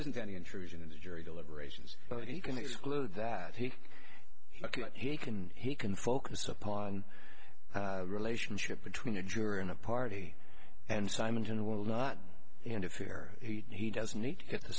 isn't any intrusion into jury deliberations but he can exclude that he he can he can focus upon the relationship between a jury and a party and simonton will not interfere he doesn't need to